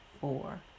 four